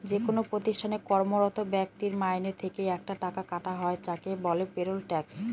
যেকোনো প্রতিষ্ঠানে কর্মরত ব্যক্তির মাইনে থেকে একটা টাকা কাটা হয় যাকে বলে পেরোল ট্যাক্স